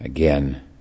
Again